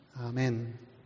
Amen